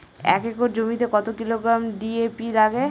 এক একর জমিতে কত কিলোগ্রাম ডি.এ.পি লাগে?